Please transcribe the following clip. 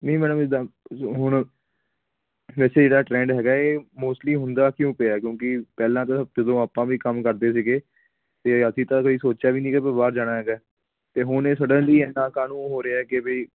ਨਹੀਂ ਮੈਡਮ ਜਿੱਦਾਂ ਹੁਣ ਵੈਸੇ ਇਹਦਾ ਟਰੈਂਡ ਹੈਗਾ ਹੈ ਮੋਸਟਲੀ ਹੁੰਦਾ ਕਿਉਂ ਪਿਆ ਕਿਉਂਕਿ ਪਹਿਲਾਂ ਤਾਂ ਜਦੋਂ ਆਪਾਂ ਵੀ ਕੰਮ ਕਰਦੇ ਸੀਗੇ ਅਤੇ ਅਸੀਂ ਤਾਂ ਕਦੀ ਸੋਚਿਆ ਵੀ ਨਹੀਂ ਗਾ ਕੀ ਬਾਹਰ ਜਾਣਾ ਹੈਗਾ ਅਤੇ ਹੁਣ ਇਹ ਸਡਨਲੀ ਇੰਨਾ ਕਾਹਨੂੰ ਹੋ ਰਿਹਾ ਕਿ ਵੀ